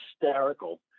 hysterical